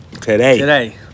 Today